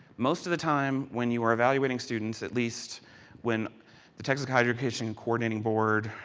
most of the time, when you are evaluating students at least when the texas higher education coordinating board,